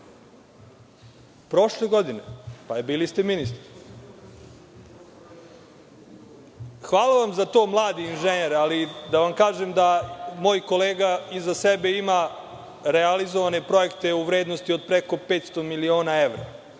prošle godine, bili ste ministar… Hvala vam za to mladi inženjer, ali da vam kažem da moj kolega iza sebe ima realizovane projekte u vrednosti od preko 500 miliona evra,